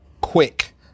quick